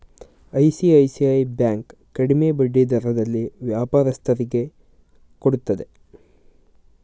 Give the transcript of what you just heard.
ICICI bank ಕಡಿಮೆ ಬಡ್ಡಿ ದರದಲ್ಲಿ ವ್ಯಾಪಾರಸ್ಥರಿಗೆ ಕೊಡುತ್ತದೆ